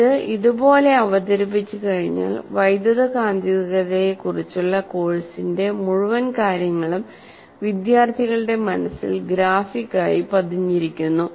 ഇത് ഇതുപോലെ അവതരിപ്പിച്ചുകഴിഞ്ഞാൽ വൈദ്യുതകാന്തികതയെക്കുറിച്ചുള്ള കോഴ്സിന്റെ മുഴുവൻ കാര്യങ്ങളും വിദ്യാർത്ഥികളുടെ മനസ്സിൽ ഗ്രാഫിക്കായി പതിഞ്ഞിരിക്കുന്നു